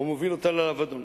ומוביל אותה לאבדון.